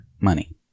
money